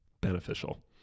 beneficial